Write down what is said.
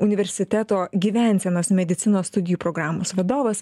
universiteto gyvensenos medicinos studijų programos vadovas